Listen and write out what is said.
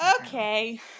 Okay